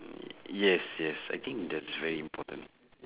yes yes I think that's very important